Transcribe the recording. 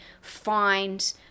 find